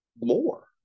more